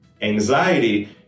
Anxiety